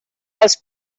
als